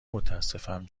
متاسفم